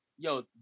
Yo